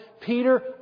Peter